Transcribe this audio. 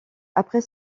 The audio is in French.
après